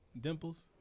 dimples